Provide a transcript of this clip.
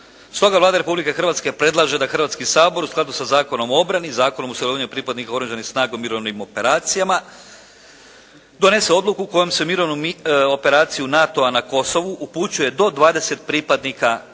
Stoga Vlada Republike Hrvatske predlaže da Hrvatski sabor u skladu sa Zakonom o obrani, Zakonom o sudjelovanju pripadnika Oružanih snaga u mirovnim operacijama donese Odluku kojom se u Mirovnu operaciju NATO-a na Kosovu upućuje do 20 pripadnika Hrvatskih